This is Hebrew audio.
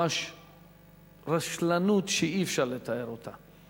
ממש רשלנות שאי-אפשר לתאר אותה.